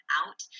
out